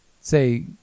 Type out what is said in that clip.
say